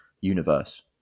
universe